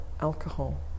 alcohol